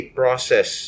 process